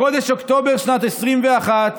בחודש אוקטובר, בשנת 2021,